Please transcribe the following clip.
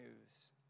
news